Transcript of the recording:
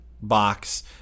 box –